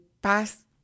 Paz